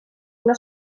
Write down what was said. una